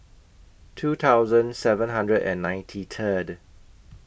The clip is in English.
two thousand seven hundred and ninety Third